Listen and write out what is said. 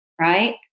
right